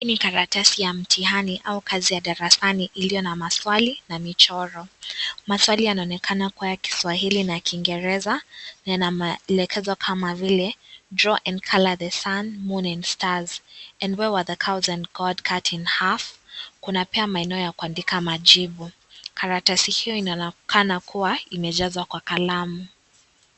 Hii ni karatasi ya mtihani au kazi ya darasani iliyo na maswali na michoro. Maswali yanaonekana kuwa ya kiswahili na kingereza na yana maelekezo kama vile draw and colour the sun, moon and stars ; and why was the coat cut in half . Kuna pia maeneo ya kuandika jibu. Karatasi hiyo inaonekana kuwa imejazwa kwa kalamu.